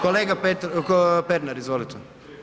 Kolega Pernar, izvolite.